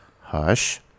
hush